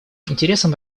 интересам